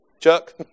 Chuck